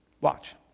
Watch